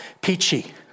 peachy